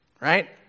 right